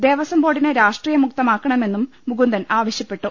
ദേവസം ബോർഡിനെ രാഷ്ട്രീ യമുക്തമാക്കണമെന്നും മുകുന്ദൻ ആവശ്യപ്പെട്ടു